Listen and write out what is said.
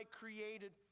created